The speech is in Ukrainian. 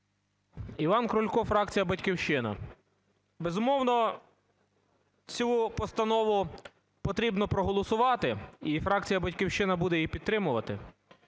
Іван Крулько, фракція "Батьківщина". Безумовно, цю постанову потрібно проголосувати, і фракція "Батьківщина" буде її підтримувати.